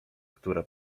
która